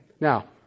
Now